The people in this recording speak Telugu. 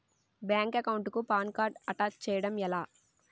బ్యాంక్ అకౌంట్ కి పాన్ కార్డ్ అటాచ్ చేయడం ఎలా?